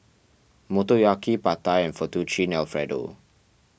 Motoyaki Pad Thai and Fettuccine Alfredo